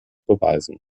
beweisen